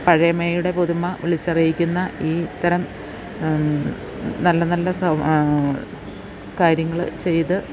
പഴമയുടെ പുതുമ വിളിച്ചറിയിക്കുന്ന ഈ ഇത്തരം നല്ല നല്ല കാര്യങ്ങള് ചെയ്ത്